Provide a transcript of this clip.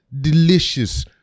delicious